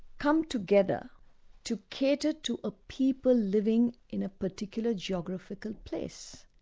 come together to cater to a people living in a particular geographical place.